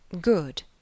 Good